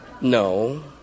No